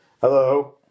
hello